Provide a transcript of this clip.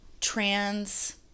trans